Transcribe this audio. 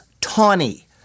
tawny